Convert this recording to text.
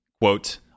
quote